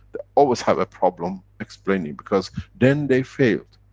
they always have a problem explaining, because then, they failed.